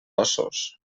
ossos